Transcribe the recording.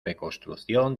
reconstrucción